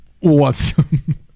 Awesome